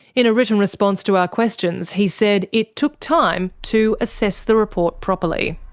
in a written response to our questions he said it took time to assess the report properly.